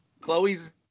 Chloe's